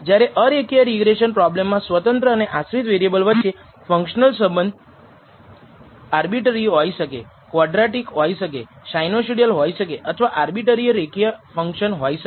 જ્યારે અરેખીય રિગ્રેસન પ્રોબ્લેમમાં સ્વતંત્ર અને આશ્રિત વેરિએબલ વચ્ચે ફંક્શનલ સંબંધ આર્બીટ્રરી હોઈ શકે ક્વાડ્રેટીક હોઈ શકે સાઇનોસોઇડલ હોઈ શકે અથવા આર્બીટ્રરી અરેખીય ફંકશન હોઈ શકે